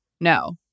no